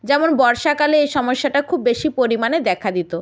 যেমন বর্ষাকালে এই সমস্যাটা খুব বেশি পরিমাণে দেখা দিতো